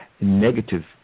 negative